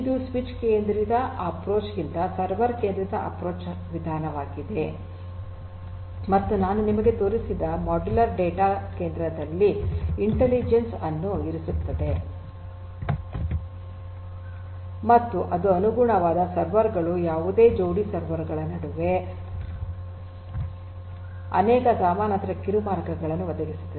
ಇದು ಸ್ವಿಚ್ ಕೇಂದ್ರಿತ ಅಪ್ರೋಚ್ ಗಿಂತ ಸರ್ವರ್ ಕೇಂದ್ರಿತ ವಿಧಾನವಾಗಿದೆ ಮತ್ತು ನಾನು ನಿಮಗೆ ತೋರಿಸಿದ ಮಾಡ್ಯುಲರ್ ಡೇಟಾ ಕೇಂದ್ರದಲ್ಲಿ ಇಂಟೆಲಿಜೆನ್ಸ್ ಅನ್ನು ಇರಿಸುತ್ತದೆ ಮತ್ತು ಅದು ಅನುಗುಣವಾದ ಸರ್ವರ್ ಗಳು ಯಾವುದೇ ಜೋಡಿ ಸರ್ವರ್ ಗಳ ನಡುವೆ ಅನೇಕ ಸಮಾನಾಂತರ ಕಿರು ಮಾರ್ಗಗಳನ್ನು ಒದಗಿಸುತ್ತದೆ